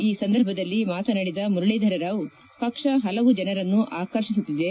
ಈ ಸಂದರ್ಭದಲ್ಲಿ ಮಾತನಾಡಿದ ಮುರಳೀಧರರಾವ್ ಪಕ್ಷ ಪಲವು ಜನರನ್ನು ಆಕರ್ಷಿಸುತ್ತಿದೆ